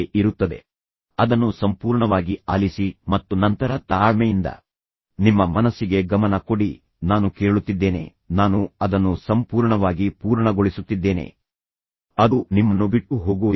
ಆದ್ದರಿಂದ ಅದಕ್ಕಾಗಿಯೇ ಇದು ಕಿವಿಯ ಹುಳುಗಳಂತಿದೆ ಅದು ನಿಮ್ಮ ಕಿವಿಯೊಳಗೆ ಇದೆ ಮತ್ತು ನಂತರ ನೀವು ಪೂರ್ಣವಾಗಿ ಸಮಯ ಕೊಡದ ಹೊರತು ಅದರಿಂದ ಏನು ಬೇಕಾದರೂ ಮಾಡಲು ಸಾಧ್ಯವಾಗುವುದಿಲ್ಲ ನೀವು ಅದನ್ನು ಸಂಪೂರ್ಣವಾಗಿ ಆಲಿಸಿ ಮತ್ತು ನಂತರ ನೀವು ತಾಳ್ಮೆಯಿಂದ ನಿಮ್ಮ ಮನಸ್ಸಿಗೆ ಗಮನ ಕೊಡಿ ನಾನು ಕೇಳುತ್ತಿದ್ದೇನೆ ನಾನು ಅದನ್ನು ಸಂಪೂರ್ಣವಾಗಿ ಪೂರ್ಣಗೊಳಿಸುತ್ತಿದ್ದೇನೆ ಅದು ನಿಮ್ಮನ್ನು ಬಿಟ್ಟು ಹೋಗುವುದಿಲ್ಲ